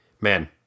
Man